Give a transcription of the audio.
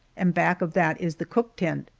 and back of that is the cook tent.